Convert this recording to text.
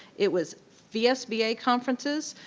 it was vsba conferences,